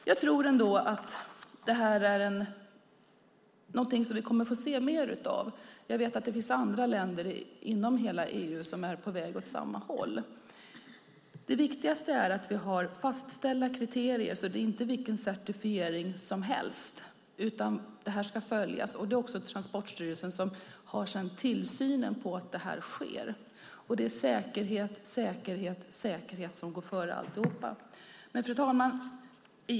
Jag tror att det här är någonting som vi kommer att se mer av. Jag vet att det finns andra länder inom EU som är på väg åt samma håll. Det viktigaste är att vi har fastställda kriterier så att det inte är vilken certifiering som helst, utan det här ska följas upp. Det är Transportstyrelsen som har tillsyn över att detta sker. Det är säkerhet, säkerhet, säkerhet som går före alltihop.